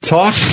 talk